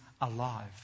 alive